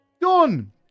Done